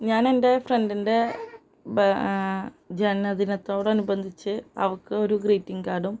ഞാനെൻ്റെ ഫ്രണ്ടിൻ്റെ ജനനദിനത്തോടനുബന്ധിച്ച് അവള്ക്ക് ഒരു ഗ്രീറ്റിങ്ങ് കാർഡും